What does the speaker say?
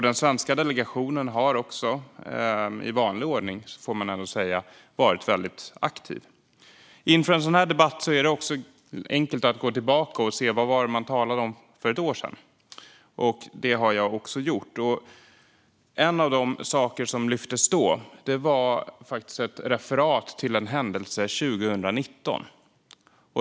Den svenska delegationen har i vanlig ordning varit aktiv. Inför en sådan här debatt är det enkelt att gå tillbaka och se vad man talade om för ett år sedan. Och det har jag gjort. En av de saker som lyftes upp då var ett referat till en händelse 2019.